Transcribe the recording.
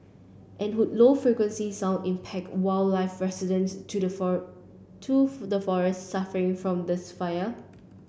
and would low frequency sound impact wildlife resident to the for to the forests suffering from this fire